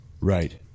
Right